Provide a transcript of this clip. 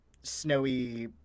snowy